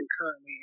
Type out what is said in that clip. currently